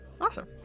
Awesome